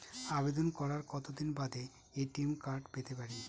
আবেদন করার কতদিন বাদে এ.টি.এম কার্ড পেতে পারি?